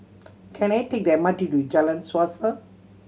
can I take the M R T to Jalan Suasa